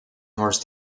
north